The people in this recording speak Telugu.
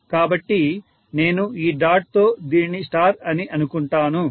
కాబట్టి నేను ఈ డాట్ తో దీనిని స్టార్ అని అనుకుంటాను